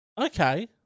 okay